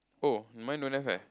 oh mine don't have leh